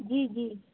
जी जी